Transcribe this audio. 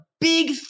big